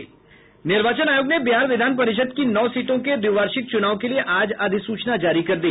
निर्वाचन आयोग ने बिहार विधान परिषद की नौ सीटों के द्विवार्षिक चुनाव के लिए आज अधिसूचना जारी कर दी